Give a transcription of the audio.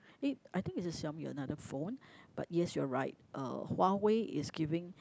eh I think it's a Xiaomi or another phone but yes you're right uh Huawei is giving